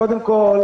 קודם כול,